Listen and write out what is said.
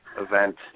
event